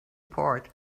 port